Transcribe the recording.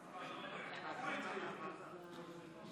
חבר הכנסת אבידר.